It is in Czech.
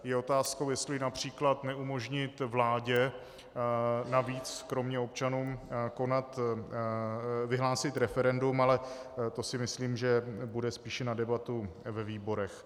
Je otázkou, jestli například neumožnit vládě navíc kromě občanů vyhlásit referendum, ale to si myslím, že bude spíše na debatu ve výborech.